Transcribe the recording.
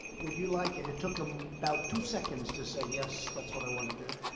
would you like it? it took him about two seconds to say, yes, that's what i want to do.